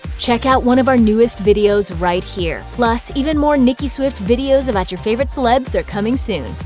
check out one of our newest videos right here! plus, even more nicki swift videos about your favorite celebs are coming soon.